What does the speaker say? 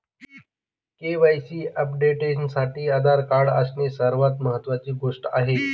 KYC अपडेशनसाठी Aadhaar card असणे सर्वात महत्वाची गोष्ट आहे